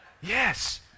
Yes